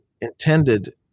intended